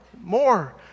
more